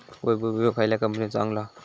वैभव विळो खयल्या कंपनीचो चांगलो हा?